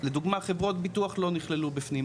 לדוגמה חברות ביטוח לא נכללו בפנים?